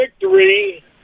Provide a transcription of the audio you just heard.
victory